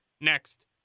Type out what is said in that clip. next